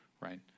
right